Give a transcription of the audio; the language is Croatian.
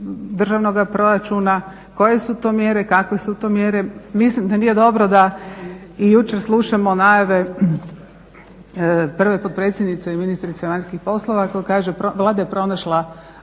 državnoga proračuna, koje su to mjere, kakve su to mjere, mislim da nije dobro da i jučer slušamo najave prve potpredsjednice i ministrice vanjskih poslova koja kaže, Vlada je pronašla